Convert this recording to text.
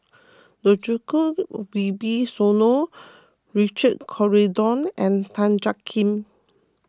Djoko Wibisono Richard Corridon and Tan Jiak Kim